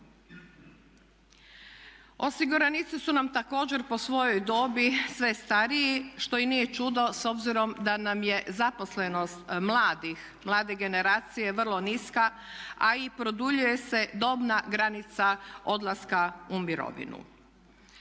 Osiguranici su nam također po svojoj dobi sve stariji što i nije čudo s obzirom da nam je zaposlenost mladih, mlade generacije vrlo niska a i produljuje se dobna granica odlaska u mirovinu.